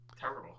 Terrible